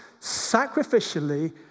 sacrificially